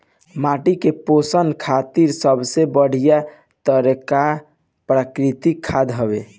माटी के पोषण खातिर सबसे बढ़िया तरिका प्राकृतिक खाद हवे